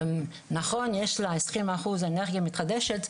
נכון יש לה עשרים אחוז אנרגיה מתחדשת,